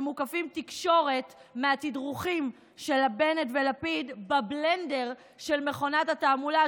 שמוקפים תקשורת מהתדרוכים של הבנט ולפיד בבלנדר של מכונת התעמולה,